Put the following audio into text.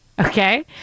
Okay